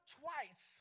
twice